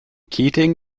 keating